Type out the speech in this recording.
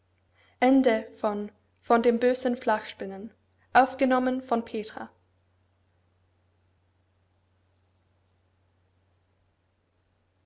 von dem bösen flachspinnen